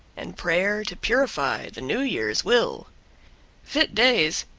and prayer to purify the new year's will fit days,